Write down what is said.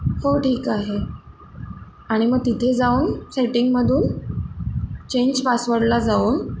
हो ठीक आहे आणि मग तिथे जाऊन सेटिंगमधून चेंज पासवडला जाऊन